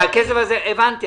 הבנתי,